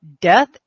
death